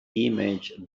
image